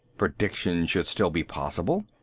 prediction should still be possible.